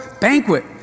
banquet